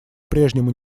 прежнему